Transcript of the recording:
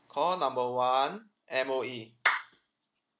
call number one M_O_E